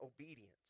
obedience